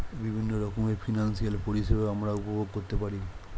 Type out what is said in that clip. বিভিন্ন রকমের ফিনান্সিয়াল পরিষেবা আমরা উপভোগ করতে পারি